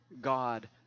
God